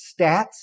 stats